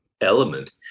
element